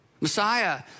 Messiah